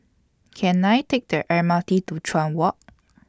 Can I Take The M R T to Chuan Walk